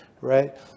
right